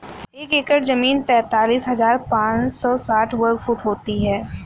एक एकड़ जमीन तैंतालीस हजार पांच सौ साठ वर्ग फुट होती है